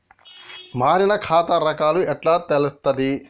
మారిన ఖాతా రకాలు ఎట్లా తెలుత్తది?